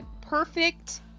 perfect